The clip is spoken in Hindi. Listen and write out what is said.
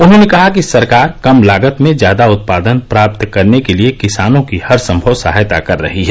उन्होंने कहा कि सरकार कम लागत में ज्यादा उत्पादन प्राप्त करने के लिए किसानों की हरसंभव सहायता कर रही है